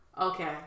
Okay